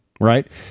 right